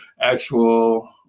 actual